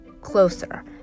closer